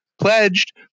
pledged